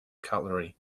cutlery